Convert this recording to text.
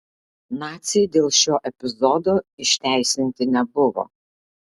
naciai dėl šio epizodo išteisinti nebuvo